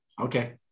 Okay